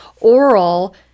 oral